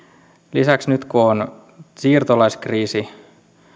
lisäksi nyt kun on siirtolaiskriisi